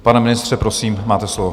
Pane ministře, prosím, máte slovo.